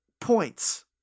points